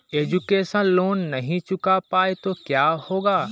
Education loan नहीं चुका पाए तो क्या होगा?